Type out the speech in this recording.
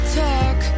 talk